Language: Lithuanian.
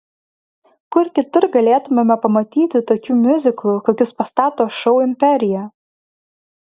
kur kitur galėtumėme pamatyti tokių miuziklų kokius pastato šou imperija